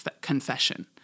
confession